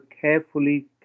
carefully